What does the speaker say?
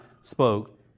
spoke